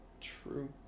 True